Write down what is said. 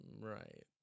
Right